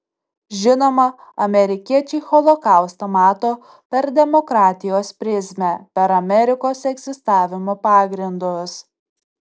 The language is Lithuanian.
žinoma amerikiečiai holokaustą mato per demokratijos prizmę per amerikos egzistavimo pagrindus